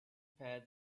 pair